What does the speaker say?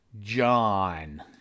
John